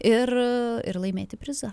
ir ir laimėti prizą